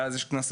ואז יש קנסות,